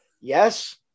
yes